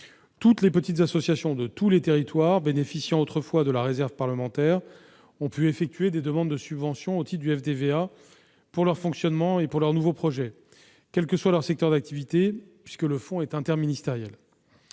Toutes les petites associations de tous les territoires bénéficiant autrefois de la réserve parlementaire ont pu effectuer des demandes de subventions au titre du FDVA pour leur fonctionnement et leurs nouveaux projets, quel que soit leur secteur d'activité, le fonds étant interministériel.